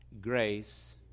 grace